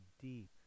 deep